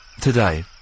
today